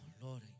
Lord